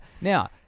Now